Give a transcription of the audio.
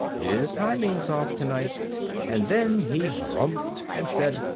his timing's off tonight and then he harrumphed and said,